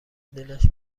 دلش